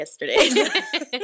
yesterday